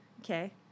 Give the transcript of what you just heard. okay